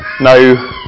no